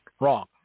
wrong